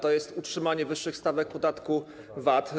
To jest utrzymanie wyższych stawek podatku VAT.